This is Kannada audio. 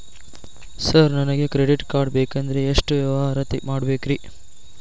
ಸರ್ ನನಗೆ ಕ್ರೆಡಿಟ್ ಕಾರ್ಡ್ ಬೇಕಂದ್ರೆ ಎಷ್ಟು ವ್ಯವಹಾರ ಮಾಡಬೇಕ್ರಿ?